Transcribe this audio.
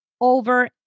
over